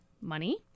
money